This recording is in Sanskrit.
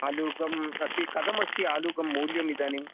आलुकम् अस्ति कथमस्ति आलुकं मौल्यमिदानीम्